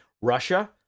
Russia